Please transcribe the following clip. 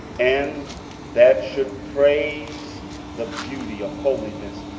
and that should praise the beauty of holiness,